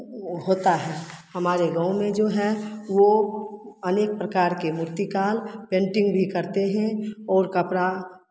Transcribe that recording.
वो होता है हमारे गाँव में जो है वो अनेक प्रकार के मूर्तिकार पेंटिंग भी करते हैं और कपड़ा